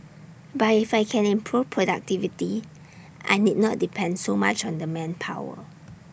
but if I can improve productivity I need not depend so much on the manpower